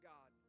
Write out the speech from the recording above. God